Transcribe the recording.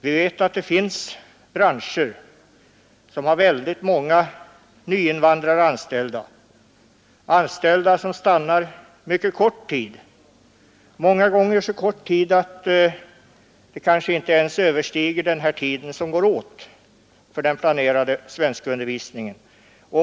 Vi vet att det finns branscher med väldigt många nyinvandrare anställda, som stannar mycket kort tid, många gånger så kort tid att den kanske inte ens överstiger den tid som går åt för den planerade svenskundervisningen.